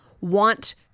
want